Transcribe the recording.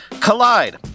Collide